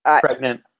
Pregnant